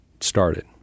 started